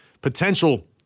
potential